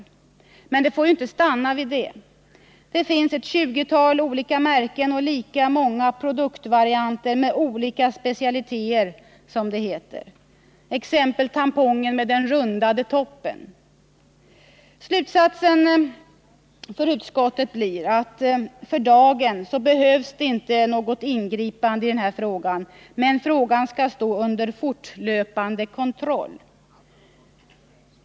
Men det får inte stanna vid det. Det finns ett tjugotal olika märken och lika många produktvarianter med olika specialiteter, som det heter, exempelvis tampongen med den rundade toppen. Slutsatsen för utskottet blir att det för dagen inte behövs något ingripande i denna fråga men att frågan skall stå under fortlöpande kontroll.